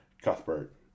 Cuthbert